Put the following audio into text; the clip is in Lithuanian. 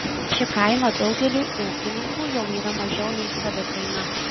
ši kaina daugeliui ūkininkų jau yra mažiau nei savikaina